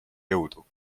jõudu